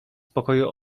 pokoju